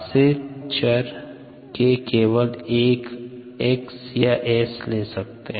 आश्रित चर के केवल एक x या s ले सकते है